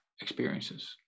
experiences